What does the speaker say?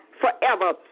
forever